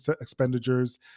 expenditures